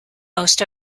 most